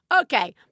Okay